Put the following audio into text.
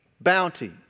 bounty